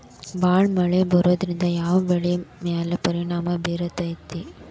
ಭಾಳ ಮಳಿ ಬರೋದ್ರಿಂದ ಯಾವ್ ಬೆಳಿ ಮ್ಯಾಲ್ ಪರಿಣಾಮ ಬಿರತೇತಿ?